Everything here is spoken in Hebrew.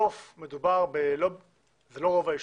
בסוף, לא מדובר ברוב היישוב,